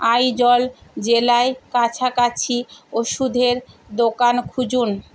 আইজল জেলায় কাছাকাছি ওষুধের দোকান খুঁজুন